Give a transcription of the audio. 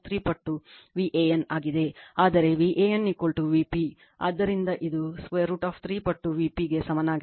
ಆದರೆ VAN Vp ಆದ್ದರಿಂದ ಇದು √ 3 ಪಟ್ಟು Vp ಗೆ ಸಮನಾಗಿರುತ್ತದೆ